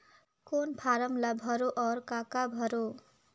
कौन फारम ला भरो और काका भरो?